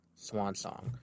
swansong